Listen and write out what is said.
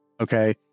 okay